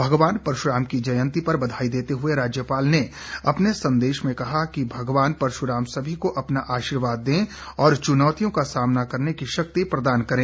भगवान परशुराम की जयंती पर बधाई देते हुए राज्यपाल ने अपने संदेश में कहा कि भगवान परश्राम सभी को अपना आशीर्वाद दें और चुनौतियों का सामना करने की शक्ति प्रदान करें